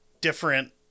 different